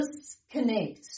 disconnect